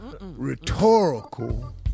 Rhetorical